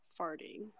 farting